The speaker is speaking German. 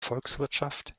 volkswirtschaft